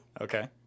Okay